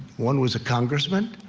one was a congressman.